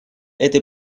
этой